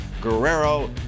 Guerrero